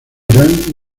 irán